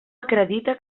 acredita